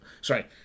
Sorry